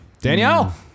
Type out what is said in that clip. Danielle